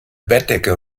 bettdecke